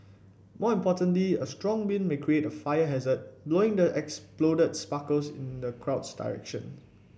more importantly a strong wind may create a fire hazard blowing the exploded sparkles in the crowd's direction